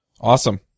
Awesome